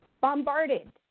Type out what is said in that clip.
bombarded